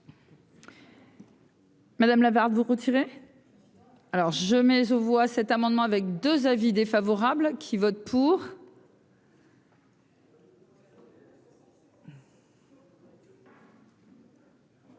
Madame Lavarde vous retirer alors je mets aux voix cet amendement avec 2 avis défavorables qui vote pour.